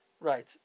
Right